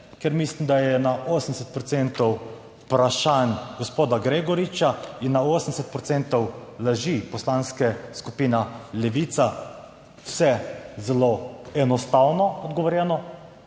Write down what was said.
ker mislim, da je na 80 procentov vprašanj gospoda Gregoriča in na 80 procentov laži Poslanske skupine Levica vse zelo enostavno odgovorjeno.